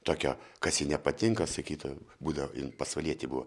tokio kas jai nepatinka sakytų būdavo jin pasvalietė buvo